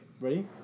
Ready